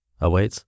awaits